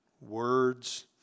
words